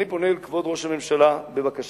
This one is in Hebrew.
אני פונה אל כבוד ראש הממשלה בבקשה